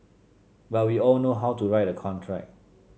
but we all know how to write a contract